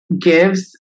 gives